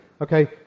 Okay